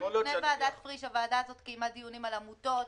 גם לפני ועדת פריש הוועדה הזאת קיימה דיונים על עמותות,